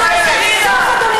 כאחד האספסוף,